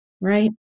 right